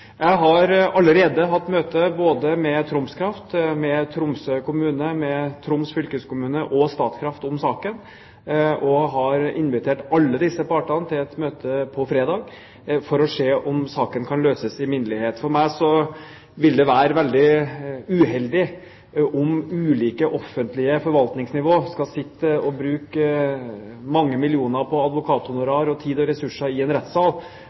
Jeg har allerede hatt møte med Troms Kraft, Tromsø kommune, Troms fylkeskommune og Statkraft om saken, og jeg har invitert alle disse partene til et møte på fredag for å se om saken kan løses i minnelighet. For meg vil det være veldig uheldig om ulike offentlige forvaltningsnivåer skal bruke mange millioner på advokathonorar og tid og ressurser i en rettssal